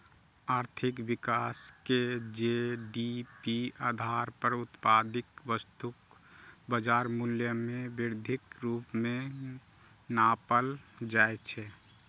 आर्थिक विकास कें जी.डी.पी आधार पर उत्पादित वस्तुक बाजार मूल्य मे वृद्धिक रूप मे नापल जाइ छै